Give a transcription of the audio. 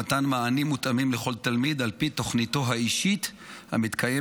במתן מענים מותאמים לכל תלמיד על פי תוכניתו האישית המתקיימת,